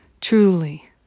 truly